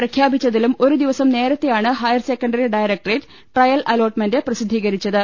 പ്രഖ്യാ പിച്ചതിലും ഒരു ദിവസം നേരത്തെയാണ് ഹയർസെക്കൻ്ററി ഡയറക്ട്രേറ്റ് ട്രയൽ അലോട്ട്മെന്റ് പ്രസിദ്ധീകരിച്ചത്